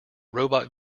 robot